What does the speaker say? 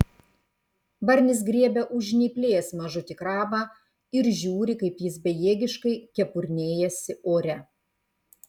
barnis griebia už žnyplės mažutį krabą ir žiūri kaip jis bejėgiškai kepurnėjasi ore